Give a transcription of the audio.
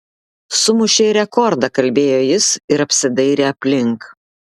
sumušei rekordą kalbėjo jis ir apsidairė aplink